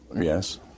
Yes